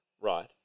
Right